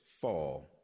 fall